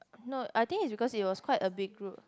no I think is because it was quite a big group